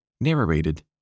Narrated